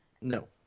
No